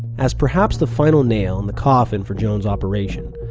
as perhaps the final nail in the coffin for jones' operation,